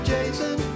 Jason